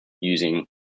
using